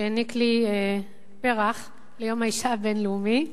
שהעניק לי פרח ליום האשה הבין-לאומי,